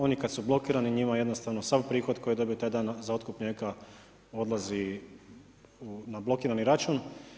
Oni kada su blokirani njima jednostavno sav prihod koji dobiju taj dan za otkup mlijeka odlazi na blokirani račun.